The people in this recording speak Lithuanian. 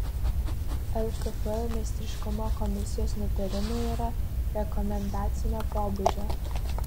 lkf meistriškumo komisijos nutarimai yra rekomendacinio pobūdžio